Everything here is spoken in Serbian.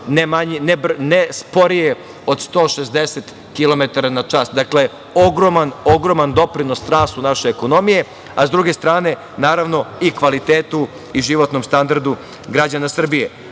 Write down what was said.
ne sporije od 160 kilometara na čas. Dakle, ogroman doprinos rastu naše ekonomije, a sa druge strane, naravno, i kvalitetu i životnom standardu građana Srbije. Naša